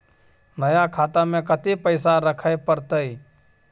नया खाता में कत्ते पैसा रखे परतै?